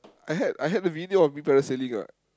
I had I had a video of me parasailing [what]